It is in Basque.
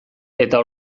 eta